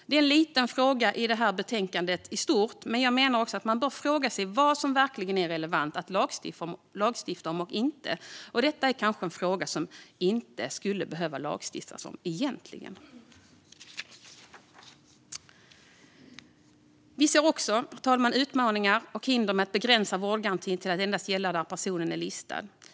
Det är en liten fråga i betänkandet i stort, men jag menar att man bör fråga sig vad som verkligen är relevant att lagstifta om och inte. Detta är kanske en fråga som vi inte skulle behöva lagstifta om egentligen. Herr talman! Vi ser också utmaningar och hinder med att begränsa vårdgarantin till att endast gälla där personen är listad.